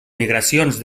migracions